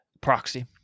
proxy